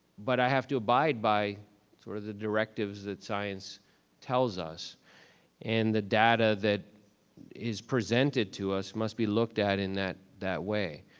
but i have to abide by sort of the directives that science tells us and the data that is presented to us must be looked at in that that way.